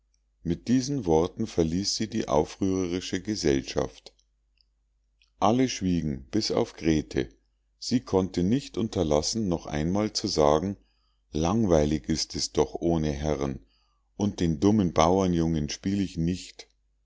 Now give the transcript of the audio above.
mit diesen worten verließ sie die aufrührerische gesellschaft alle schwiegen bis auf grete sie konnte nicht unterlassen noch einmal zu sagen langweilig ist es doch ohne herren und den dummen bauernjungen spiel ich nicht